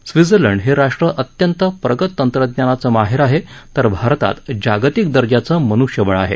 Switzerland हे राष्ट्र अत्यंत प्रगत तंत्रज्ञानाचं माहेर आहे तर भारतात जागतिक दर्जाचं मनुष्यबळ आहे